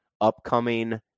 upcoming